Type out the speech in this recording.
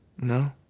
No